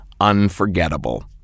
Unforgettable